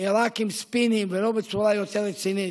רק עם ספינים ולא בצורה יותר רצינית.